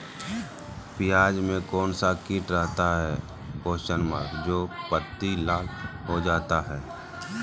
प्याज में कौन सा किट रहता है? जो पत्ती लाल हो जाता हैं